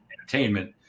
Entertainment